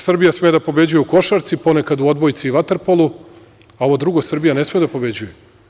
Srbija sme da pobeđuje u košarci, ponekad u odbojci i vaterpolu, a ovo drugo Srbija ne sme da pobeđuje.